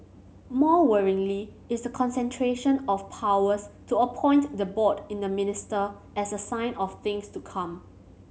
more worryingly is the concentration of powers to appoint the board in the minister as a sign of things to come